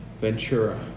Ventura